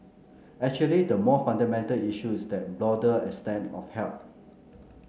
actually the more fundamental issue is that broader extent of help